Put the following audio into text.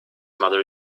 mother